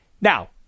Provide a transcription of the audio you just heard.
Now